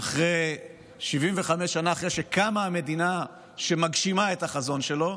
75 שנה אחרי שקמה המדינה שמגשימה את החזון שלו,